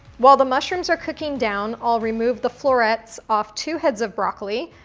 while the mushrooms are cooking down, i'll remove the florets off two heads of broccoli,